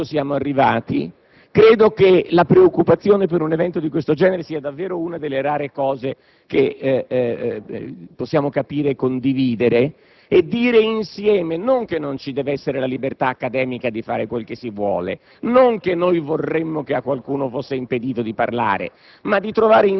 A questo punto siamo arrivati. Credo che la preoccupazione per un evento del genere sia davvero una delle rare cose che possiamo capire e condividere. Non che non debba esservi la libertà accademica di fare quel che si vuole, non che noi vorremmo che a qualcuno fosse impedito di parlare,